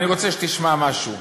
אני רוצה שתשמע משהו,